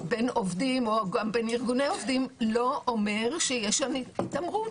עובדים או גם בין ארגוני עובדים לא אומר שיש שם התעמרות.